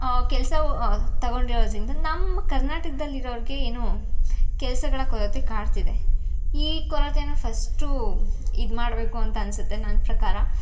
ಕೆಲಸ ತೊಗೊಂಡಿರೋದ್ರಿಂದ ನಮ್ಮ ಕರ್ನಾಟಕ್ದಲ್ಲಿ ಇರೋರಿಗೆ ಏನು ಕೆಲಸಗಳ ಕೊರತೆ ಕಾಡ್ತಿದೆ ಈ ಕೊರತೇನ ಫಸ್ಟು ಇದು ಮಾಡಬೇಕು ಅಂತ ಅನ್ನಿಸುತ್ತೆ ನನ್ನ ಪ್ರಕಾರ